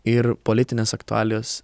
ir politinės aktualijos